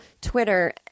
Twitter